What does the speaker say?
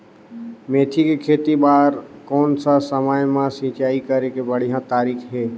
मेथी के खेती बार कोन सा समय मां सिंचाई करे के बढ़िया तारीक हे?